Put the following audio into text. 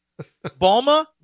Balma